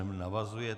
Navazuje.